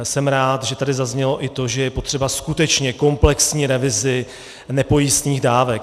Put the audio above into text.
Jsem rád, že tady zaznělo i to, že je potřebná skutečně komplexní revize nepojistných dávek.